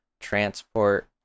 transport